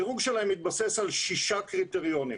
הדירוג שלהם מתבסס על שישה קריטריונים,